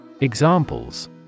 Examples